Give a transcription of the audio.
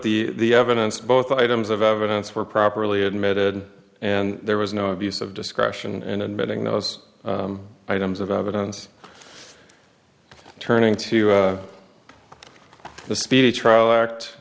put the evidence both items of evidence were properly admitted and there was no abuse of discretion in admitting those items of evidence turning to the speedy trial act